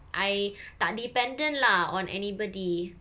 I tak dependent lah on anybody